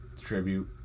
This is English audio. tribute